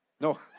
No